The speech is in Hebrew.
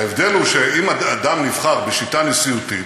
ההבדל הוא שאם אדם נבחר בשיטה נשיאותית,